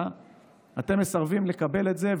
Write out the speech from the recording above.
אתם מסרבים לקבל את זה,